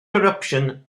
corruption